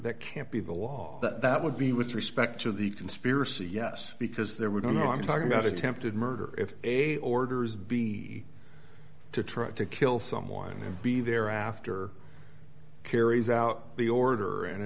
that can't be the law that would be with respect to the conspiracy yes because there were no i'm talking about attempted murder if a orders b to try to kill someone and be there after carries out the order and